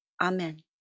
Amen